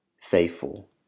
faithful